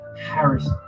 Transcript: harris